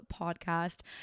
podcast